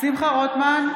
שמחה רוטמן,